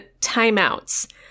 timeouts